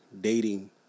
Dating